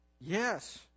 Yes